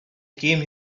came